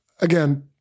again